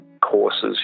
courses